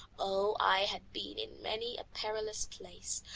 oh! i have been in many a perilous place,